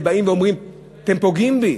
שבאים ואומרים: אתם פוגעים בי.